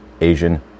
Asian